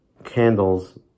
candles